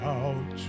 out